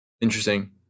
Interesting